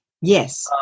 Yes